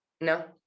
no